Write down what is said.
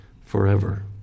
forever